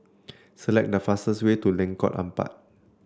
select the fastest way to Lengkok Empat